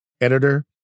editor